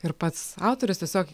ir pats autorius tiesiog